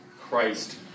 Christ